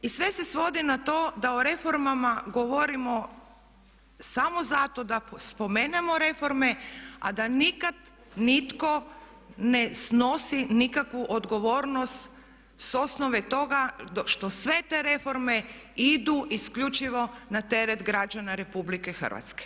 I sve se svodi na to da o reformama govorimo samo zato da spomenemo reforme a da nikada nitko ne snosi nikakvu odgovornost s osnove toga što sve te reforme idu isključivo na teret građana RH.